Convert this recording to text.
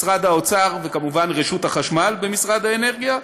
משרד האוצר וכמובן רשות החשמל במשרד האנרגיה,